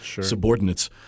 subordinates